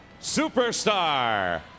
superstar